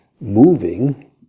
moving